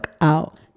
out